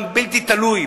גם בלתי תלוי,